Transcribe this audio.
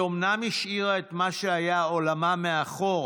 היא אומנם השאירה את מה שהיה עולמה מאחור,